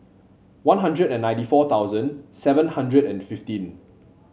One Hundred and ninety four thousand seven hundred and fifteen